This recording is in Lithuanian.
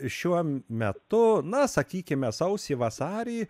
šiuo metu na sakykime sausį vasarį